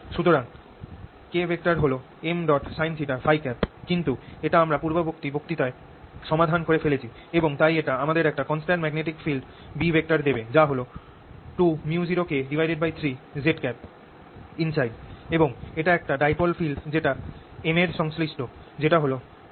সুতরাং K হল Msinθ ø কিন্তু এটা আমরা পূর্ববর্তী বক্তৃতায় সমাধান করে ফেলেছি এবং তাই এটা আমাদের একটা কনস্ট্যান্ট ম্যাগনেটিক ফিল্ড B দেবে যা হল 2µ0K3z এবং একটা ডাইপোল ফিল্ড যেটা m এর সংশ্লিষ্ট সেটা হল 4π3R3M